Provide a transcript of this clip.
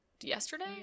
yesterday